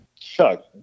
Chuck